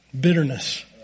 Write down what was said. Bitterness